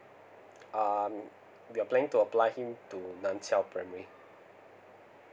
um we're planning to apply him to nan chiau primary